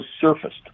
surfaced